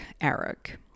Eric